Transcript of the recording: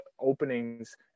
openings